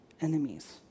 enemies